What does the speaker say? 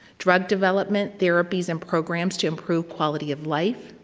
drug development, therapies and programs to improve quality of life,